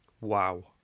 Wow